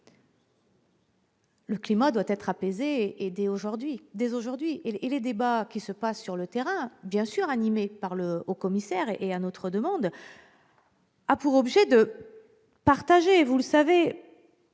le climat doit être apaisé dès aujourd'hui. Les débats qui se déroulent sur le terrain, animés par le Haut-commissaire et à notre demande, ont pour objet de partager tout ce qui